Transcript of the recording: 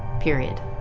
period.